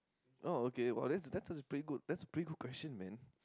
oh okay well that's that's pretty good that's pretty question man